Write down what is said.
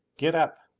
get up!